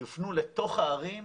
יופנו לתוך הערים.